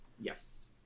Yes